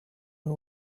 and